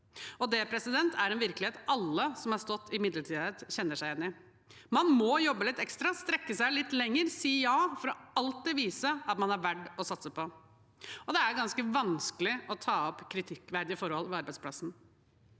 hun. Det er en virkelighet alle som har stått i midlertidighet, kjenner seg igjen i. Man må jobbe litt ekstra, strekke seg litt lenger og si ja for alltid å vise at man er verdt å satse på, og det er ganske vanskelig å ta opp kritikkverdige forhold på arbeidsplassen.